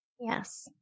Yes